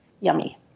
yummy